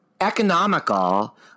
economical